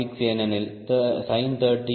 6 ஏனெனில் sin30 0